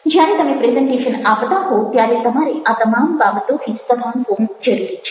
જ્યારે તમે પ્રેઝન્ટેશન આપતા હો ત્યારે તમારે આ તમામ બાબતોથી સભાન હોવું જરૂરી છે